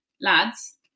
lads